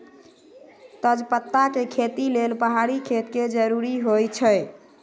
तजपत्ता के खेती लेल पहाड़ी खेत के जरूरी होइ छै